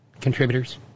contributors